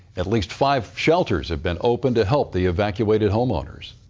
at least five shelters have been opened to help the evacuated home owners.